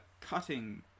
cutting